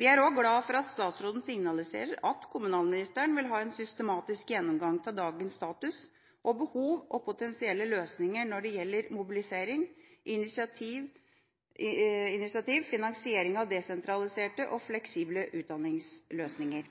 Vi er glade for at statsråden signaliserer at kommunalministeren vil ha en systematisk gjennomgang av dagens status, behov og potensielle løsninger når det gjelder mobilisering, initiativ og finansiering av desentraliserte og fleksible utdanningsløsninger.